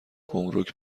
گمرگ